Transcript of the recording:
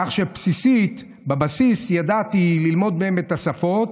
כך שבסיסית, בבסיס, ידעתי ללמוד מהם את השפות.